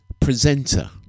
presenter